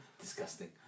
Disgusting